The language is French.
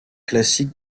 classique